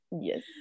yes